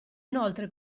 inoltre